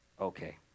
Okay